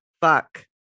fuck